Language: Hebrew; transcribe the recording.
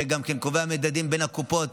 כי הוא גם קובע מדדים בין הקופות,